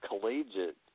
collegiate